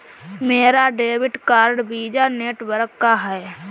मेरा debit card Visa network का है